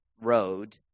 road